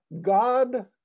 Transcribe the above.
God